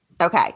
Okay